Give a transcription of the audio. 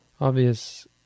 obvious